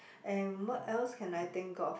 and what else can I think of